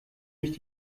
nicht